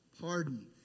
pardon